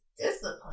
discipline